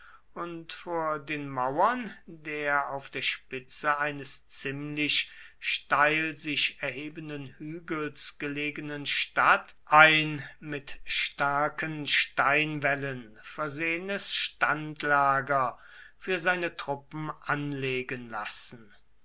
und vor den mauern der auf der spitze eines ziemlich steil sich erhebenden hügels gelegenen stadt ein mit starken steinwällen versehenes standlager für seine truppen anlegen lassen